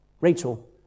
Rachel